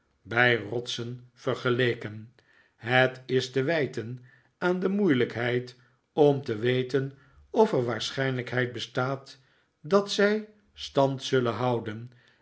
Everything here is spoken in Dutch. bij rotsen vergeleken i het is te wijten aan de moeilijkheid om te weten of er waarschijnlijkheid bestaat dat zij stand zullen houden